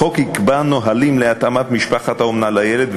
החוק יקבע נהלים להתאמת משפחת האומנה לילד,